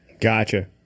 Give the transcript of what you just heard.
Gotcha